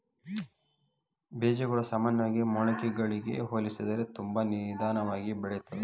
ಬೇಜಗಳು ಸಾಮಾನ್ಯವಾಗಿ ಮೊಳಕೆಗಳಿಗೆ ಹೋಲಿಸಿದರೆ ತುಂಬಾ ನಿಧಾನವಾಗಿ ಬೆಳಿತ್ತದ